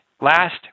Last